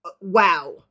wow